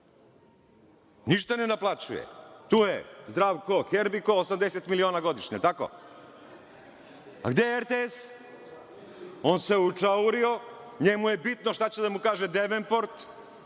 Ništa ne naplaćuje. Tu je „Zdravko Herbiko“, 80 miliona godišnje, jel tako? A gde je RTS? On se učaurio, njemu je bitno šta će da mu kaže Devenport,